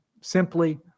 simply